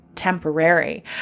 temporary